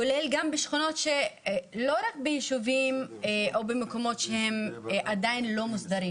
כולל גם בשכונות שלא רק ביישובים או במקומות שהם עדיין לא מוסדרים.